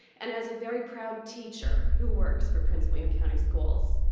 and as a very proud teacher who works for prince william county schools.